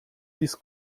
dies